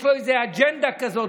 יש לו איזה אג'נדה כזאת,